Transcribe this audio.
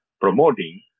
promoting